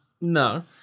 No